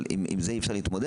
אבל עם זה אי אפשר להתמודד.